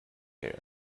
air